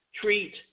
treat